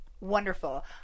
wonderful